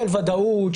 של ודאות,